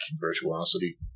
Virtuosity